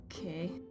Okay